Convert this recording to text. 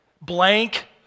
blank